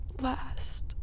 last